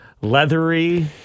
Leathery